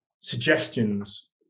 suggestions